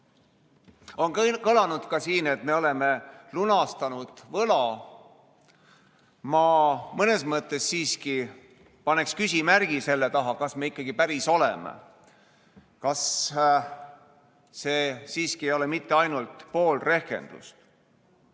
On kõlanud sõnad, et me oleme lunastanud võla. Ma mõnes mõttes siiski paneks selle taha küsimärgi: kas me ikkagi päriselt oleme? Kas see siiski ei ole mitte ainult pool rehkendust?